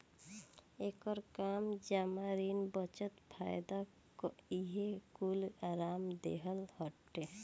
एकर काम जमा, ऋण, बचत, फायदा इहे कूल आराम देहल हटे